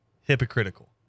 hypocritical